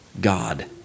God